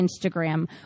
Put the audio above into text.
Instagram